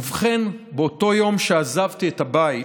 ובכן, באותו יום שעזבתי את הבית